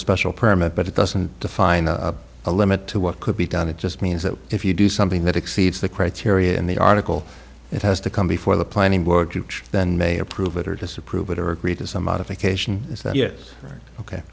special permit but it doesn't define a a limit to what could be done it just means that if you do something that exceeds the criteria in the article it has to come before the planning board you then may approve it or disapprove it or agree to some modification is that it ok